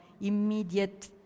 immediate